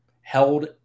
held